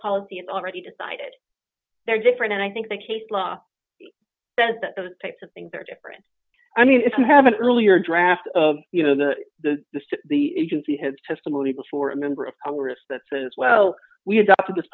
policy and already decided they're different and i think the case law says that those types of things are different i mean if you have an earlier draft you know the the the the agency has testimony before a member of congress that says well we adopted this